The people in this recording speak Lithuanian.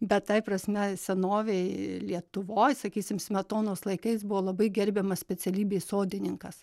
bet tai prasme senovėj lietuvoj sakysim smetonos laikais buvo labai gerbiama specialybė sodininkas